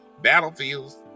battlefields